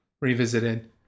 revisited